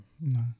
no